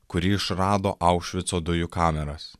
kuri išrado aušvico dujų kameras